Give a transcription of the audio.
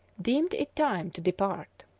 deemed it time to depart.